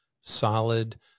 solid